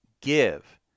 give